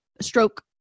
stroke